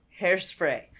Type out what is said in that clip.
Hairspray